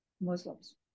Muslims